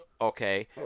okay